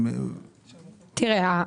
תראה,